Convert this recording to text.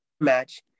match